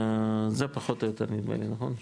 זה פחות, או יותר נדמה לי, נכון?